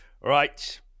Right